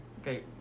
Okay